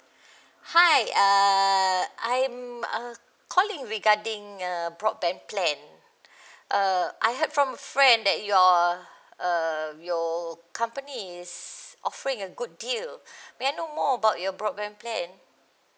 hi uh I'm uh calling regarding uh broadband plan uh I heard from friend that your uh your company is offering a good deal may I know more about your broadband plan